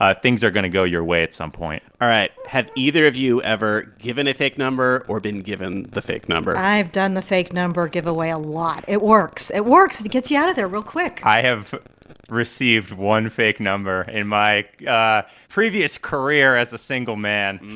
ah things are going to go your way at some point all right, have either of you ever given a fake number or been given the fake number? i've done the fake number giveaway a lot. it works. it works. it gets you out of there real quick i have received one fake number in my ah previous career as a single man,